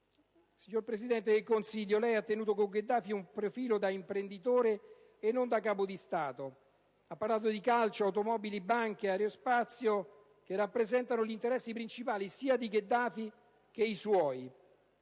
il Presidente del Consiglio ha tenuto con Gheddafi un profilo da imprenditore, e non da Capo di Stato. Ha parlato di calcio, automobili, banche e aerospazio, gli interessi principali di Gheddafi e suoi.